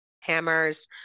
Hammers